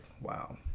wow